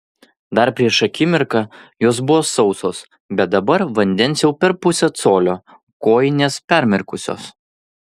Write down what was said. dar prieš akimirką jos buvo sausos bet dabar vandens jau per pusę colio kojinės permirkusios